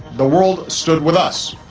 the world stood with us,